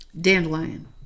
dandelion